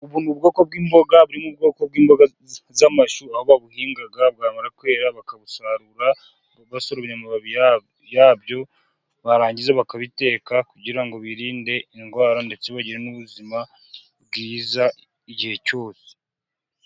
Ubu ni ubwoko bw'imboga buri mu bwoko bw'imboga z'amashu, aho babuhinga bwamara kwera bakabusarura basoroma amababi yabyo, barangiza bakabiteka kugira ngo birinde indwara, ndetse bagire n'ubuzima bwiza igihe cyose.